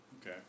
Okay